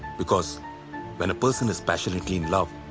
because when a person is passionately in love.